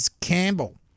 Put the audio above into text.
Campbell